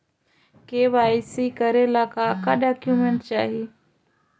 KYC करे ला का का डॉक्यूमेंट चाही?